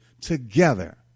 together